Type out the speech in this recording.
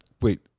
wait